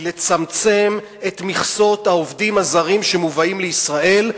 לצמצם את מכסות העובדים הזרים שמובאים לישראל,